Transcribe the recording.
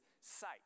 sight